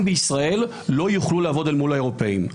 בישראל לא יוכלו לעבוד אל מול האירופאים.